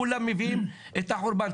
כולם מביאים את החורבן.